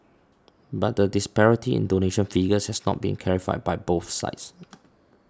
but the disparity in donation figures has not been clarified by both sides